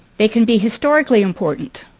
they can be historically important.